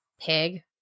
Pig